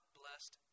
blessed